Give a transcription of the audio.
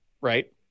Right